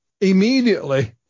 immediately